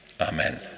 Amen